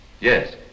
Yes